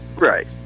Right